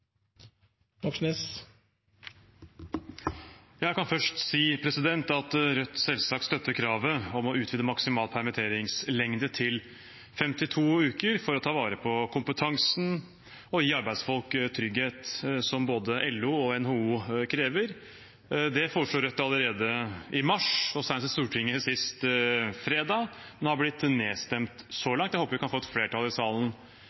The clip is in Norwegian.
Jeg kan først si at Rødt selvsagt støtter kravet om å utvide maksimal permitteringslengde til 52 uker for å ta vare på kompetansen og gi arbeidsfolk trygghet, noe som både LO og NHO krever. Det foreslo Rødt allerede i mars og senest sist fredag i Stortinget, men det har blitt nedstemt så langt. Jeg håper vi kan få et flertall i salen